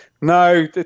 No